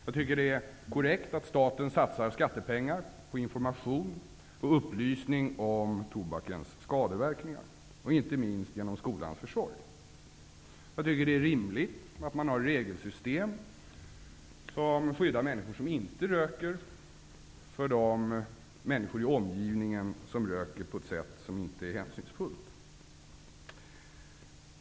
Jag tycker att det är korrekt att staten satsar skattepengar på information och upplysning om tobakens skadeverkningar, inte minst genom skolans försorg. Jag tycker att det är rimligt att man har regelsystem som skyddar människor som inte röker från de människor i omgivningen som röker på ett sätt som inte är hänsynsfullt.